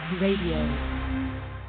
RADIO